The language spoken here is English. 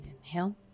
inhale